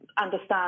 understand